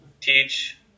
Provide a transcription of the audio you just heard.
teach